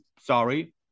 sorry